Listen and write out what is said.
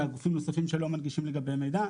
גופים נוספים שלא מנגישים לגביהם מידע,